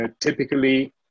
Typically